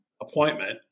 appointment